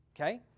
okay